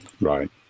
Right